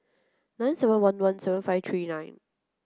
nine seven one one seven five three nine